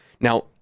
Now